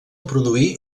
produir